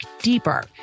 deeper